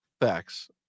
Facts